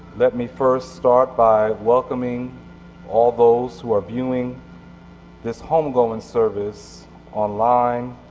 let me first start by welcoming all those who are viewing this home-goin' service online.